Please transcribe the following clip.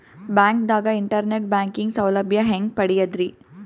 ಬ್ಯಾಂಕ್ದಾಗ internet banking ಸೌಲಭ್ಯ ಹೆಂಗ್ ಪಡಿಯದ್ರಿ?